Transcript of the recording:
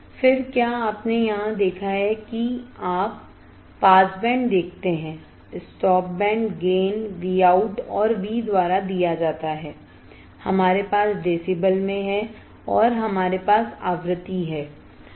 फिर क्या आपने यहां देखा है कि आप पास बैंड देखते हैं स्टॉप बैंड गेन Vout और V द्वारा दिया जाता है हमारे पास डेसिबल में है और हमारे पास आवृत्ति है